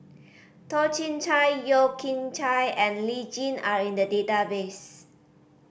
Toh Chin Chye Yeo Kian Chai and Lee Tjin are in the database